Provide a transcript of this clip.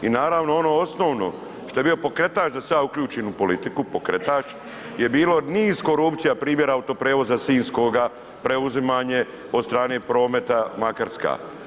I naravno ono osnovno, što je bio pokretač da se ja uključim u politiku, pokretač je bilo niz korupcija primjera Autoprijevoza sinjskoga, preuzimanje od strane Prometa Makarska.